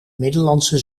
middellandse